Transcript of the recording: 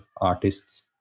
artists